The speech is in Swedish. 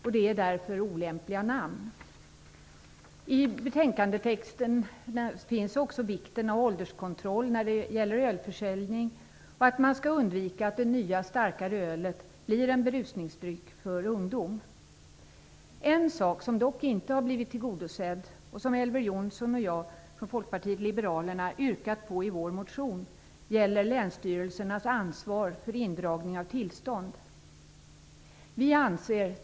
Det är därför olämpliga namn. I betänkandetexten återfinns också vikten av ålderskontroll när det gäller ölförsäljning och att man skall undvika att det nya starkare ölet blir en berusningsdryck för ungdom. En sak som dock inte blivit tillgodosedd och som Elver Jonsson och jag från Folkpartiet liberalerna har yrkat på i vår motion gäller länsstyrelsernas ansvar för indragning av tillstånd.